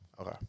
Okay